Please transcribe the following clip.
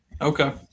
Okay